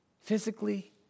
Physically